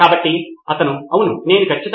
కాబట్టి మీ పర్యవేక్షణ నాకు చాలా నచ్చింది